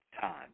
time